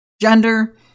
gender